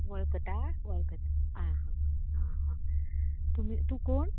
वळखता वळखता आ हा आ तुमी तूं कोण